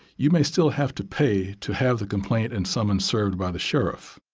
you may still have to pay to have the complaint and summons served by the sheriff.